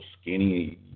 skinny